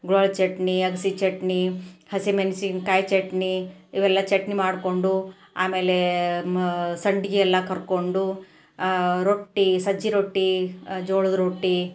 ಗುಳ್ಳ ಚಟ್ನಿ ಅಗ್ಸೆ ಚಟ್ನಿ ಹಸಿಮೆಣ್ಸಿನ್ಕಾಯಿ ಚಟ್ನಿ ಇವೆಲ್ಲ ಚಟ್ನಿ ಮಾಡಿಕೊಂಡು ಆಮೇಲೆ ಸಂಡ್ಗೆ ಎಲ್ಲ ಕರಕೊಂಡು ರೊಟ್ಟಿ ಸಜ್ಜೆ ರೊಟ್ಟಿ ಜೋಳದ ರೊಟ್ಟಿ